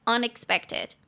Unexpected